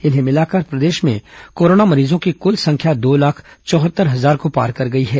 इन्हें मिलाकर प्रदेश में कोरोना मरीजों की कुल संख्या दो लाख चौहत्तर हजार को पार कर गई है